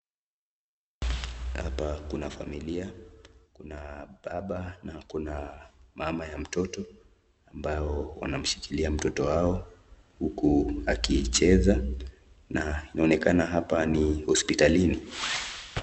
Hapa kuna familia kuna baba na kuna mama ya mtoto ambao wanamshikilia mtoto wao huku akicheka na inaonekana hapa ni hospitalini.